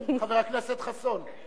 חבר הכנסת חסון?